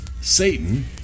Satan